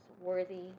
worthy